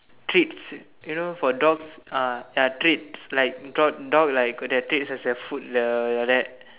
treats you know for dogs ah ya treats like got dog like got their treats as their food the like that